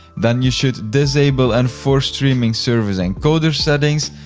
then you should disable enforce streaming service encoder settings.